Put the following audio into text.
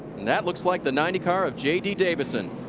that looks like the ninety car of j d davison.